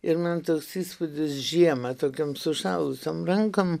ir man toks įspūdis žiemą tokiom sušalusiom rankom